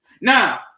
Now